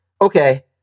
okay